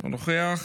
אינו נוכח,